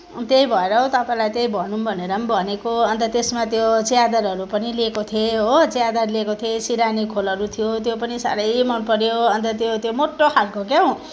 त्यही भएर तपाईँलाई त्यही भनौँ भनेर पनि भनेको अनि त त्यसमा त्यो च्यादरहरू पनि लिएको थिएँ हो च्यादर लिएको थिएँ सिरानीको खेलहरू थियो त्यो पनि साह्रै मन पऱ्यो अन्त त्यो मोटो खालको के हो